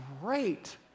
great